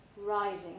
rising